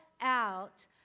out